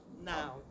now